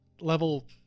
level